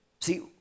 See